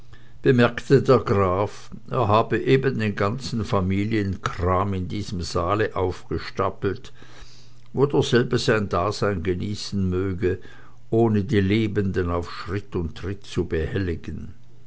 bemerkte der graf er habe eben den ganzen familienkram in diesem saale aufgestapelt wo derselbe sein dasein genießen möge ohne die lebenden auf schritt und tritt zu behelligen